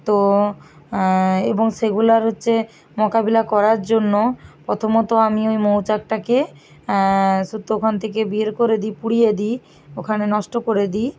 তো এবং সেগুলার হচ্ছে মোকাবিলা করার জন্য প্রথমত আমি ওই মৌচাকটাকে শুধু ওখান থেকে বের করে দিই পুড়িয়ে দিই ওখানে নষ্ট করে দিই